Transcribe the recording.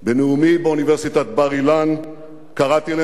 קראתי להנהגה